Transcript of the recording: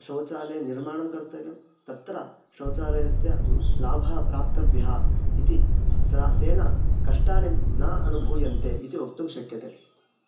शौचालयनिर्माणं कर्तव्यं तत्र शौचालयस्य लाभः प्राप्तव्यः इति तदा तेन कष्टानि न अनुभूयन्ते इति वक्तुं शक्यते